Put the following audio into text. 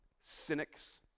cynics